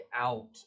out